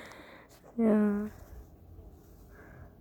ya